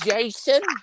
Jason